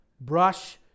Brush